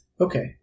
Okay